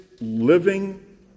living